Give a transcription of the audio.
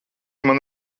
man